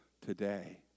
today